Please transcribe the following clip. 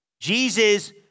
Jesus